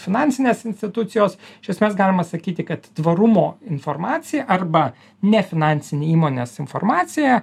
finansinės institucijos iš esmės galima sakyti kad tvarumo informacija arba nefinansinė įmonės informacija